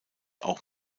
auch